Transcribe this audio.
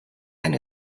and